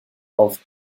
auf